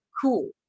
cool